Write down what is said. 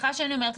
סליחה שאני אומרת,